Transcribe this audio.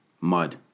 Mud